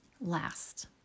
last